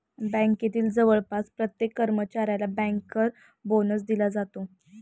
बँकेतील जवळपास प्रत्येक कर्मचाऱ्याला बँकर बोनस दिला जातो